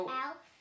elf